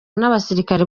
n’abasirikare